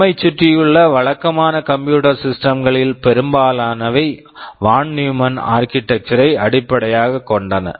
நம்மைச் சுற்றியுள்ள வழக்கமான கம்ப்யூட்டர் சிஸ்டம் computer system களில் பெரும்பாலானவை von Neumann Von Neumann architecture architecture ஐ அடிப்படையாகக் கொண்டவை